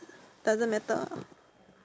doesn't matter